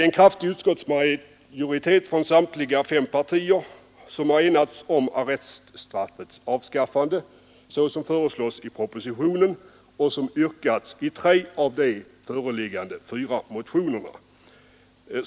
En kraftig utskottsmajoritet från samtliga fem partier har enats om arreststraffets avskaffande, såsom föreslås i propositionen och som yrkats i tre av de föreliggande fyra motionerna.